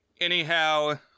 Anyhow